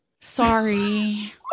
Sorry